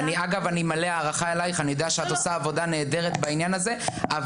ואני אגב אני מלא הערכה אליך אני יודע שאת עושה עבודה נהדרת בעניין הזה,